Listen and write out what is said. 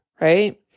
right